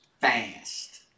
fast